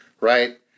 right